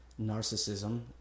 narcissism